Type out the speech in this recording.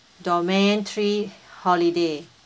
domain three holiday